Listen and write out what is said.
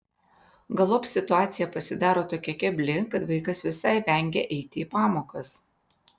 galop situacija pasidaro tokia kebli kad vaikas visai vengia eiti į pamokas